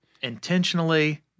Intentionally